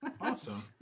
awesome